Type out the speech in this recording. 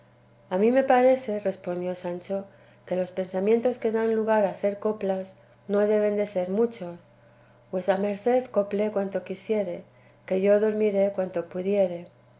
a mí me parece respondió sancho que los pensamientos que dan lugar a hacer coplas no deben de ser muchos vuesa merced coplee cuanto quisiere que yo dormiré cuanto pudiere